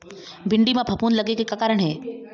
भिंडी म फफूंद लगे के का कारण ये?